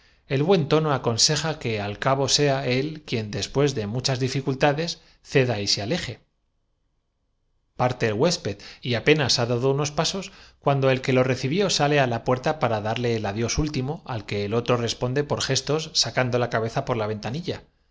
el buen tono aconseja que al cabo sea él quien suelo después de muchas ificultades ceda y se aleje parte enrique gaspar el huésped y apenas ha dado unos pasos cuando el que lo recibió sale á la puerta para darle el adiós úl timo al que el otro responde por gestos sacando la ca beza por la ventanilla